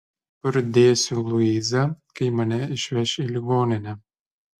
kur dėsiu luizą kai mane išveš į ligoninę